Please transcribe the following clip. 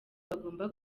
bagomba